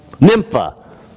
Nympha